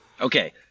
okay